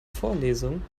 vorlesung